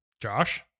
josh